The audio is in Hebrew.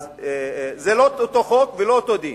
אז זה לא אותו חוק ולא אותו דין?